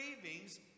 cravings